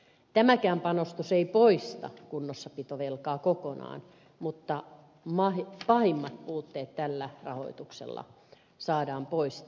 tämäkään panostus ei poista kunnossapitovelkaa kokonaan mutta pahimmat puutteet tällä rahoituksella saadaan poistetuksi